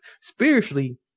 spiritually